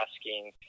asking